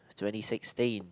twenty sixteen